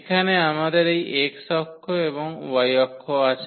এখানে আমাদের এই x অক্ষ এবং y অক্ষ আছে